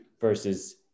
versus